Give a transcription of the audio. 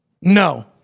No